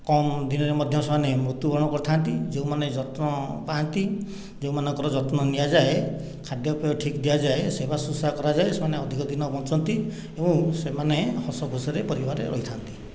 କମ୍ ଦିନରେ ମଧ୍ୟ ସେମାନେ ମୃତ୍ୟୁବରଣ କରିଥାନ୍ତି ଯେଉଁମାନେ ଯତ୍ନ ପାଆନ୍ତି ଯେଉଁମାନଙ୍କର ଯତ୍ନ ନିଆଯାଏ ଖାଦ୍ୟପେୟ ଠିକ ଦିଆଯାଏ ସେବା ଶୁଶ୍ରୂଷା କରାଯାଏ ସେମାନେ ଅଧିକ ଦିନ ବଞ୍ଚନ୍ତି ଏବଂ ସେମାନେ ହସଖୁସିରେ ପରିବାରରେ ରହିଥାନ୍ତି